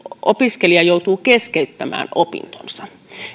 opiskelija joutuu keskeyttämään opintonsa